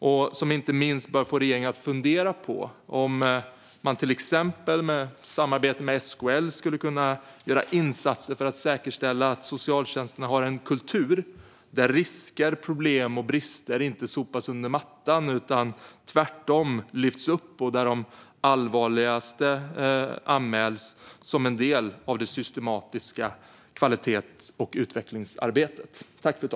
Den bör inte minst få regeringen att fundera på om man till exempel i samarbete med SKL skulle kunna göra insatser för att säkerställa att socialtjänsterna har en kultur där risker, problem och brister inte sopas under mattan utan tvärtom lyfts upp och de allvarligaste fallen anmäls som en del av det systematiska kvalitets och utvecklingsarbetet.